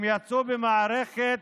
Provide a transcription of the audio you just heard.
הם יצאו במערכת